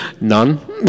None